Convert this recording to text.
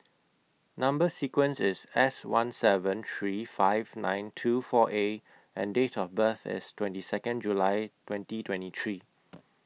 Number sequence IS S one seven three five nine two four A and Date of birth IS twenty Second July twenty twenty three